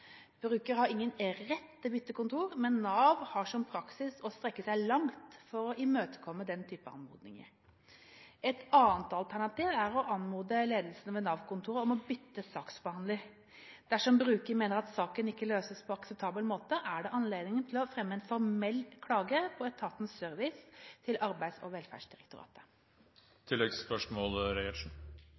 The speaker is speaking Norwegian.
har ingen rett til å bytte kontor, men Nav har som praksis å strekke seg langt for å imøtekomme denne type anmodninger. Et annet alternativ er å anmode ledelsen ved Nav-kontoret om å få bytte saksbehandler. Dersom bruker mener at saken ikke løses på akseptabel måte, er det anledning til å fremme en formell klage på etatens service til Arbeids- og velferdsdirektoratet.